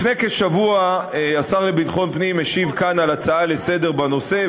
לפני כשבוע השר לביטחון פנים השיב כאן על הצעה לסדר-היום בנושא,